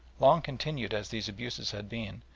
long continued as these abuses had been,